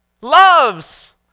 loves